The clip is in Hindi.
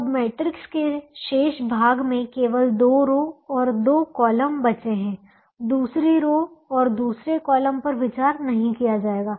अब मैट्रिक्स के शेष भाग में केवल दो रो और दो कॉलम बचे हैं दूसरी रो और दूसरे कॉलम पर विचार नहीं किया जाएगा